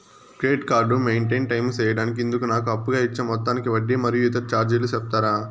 Credit card maintain time సేయడానికి ఇందుకు నాకు అప్పుగా ఇచ్చే మొత్తానికి వడ్డీ మరియు ఇతర చార్జీలు సెప్తారా?